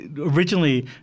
originally